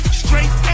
straight